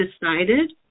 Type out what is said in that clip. decided